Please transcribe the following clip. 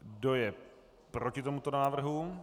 Kdo je proti tomuto návrhu?